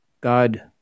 God